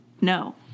no